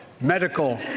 medical